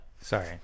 Sorry